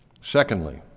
Secondly